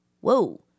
whoa